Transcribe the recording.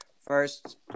First